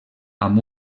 amb